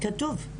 כתוב.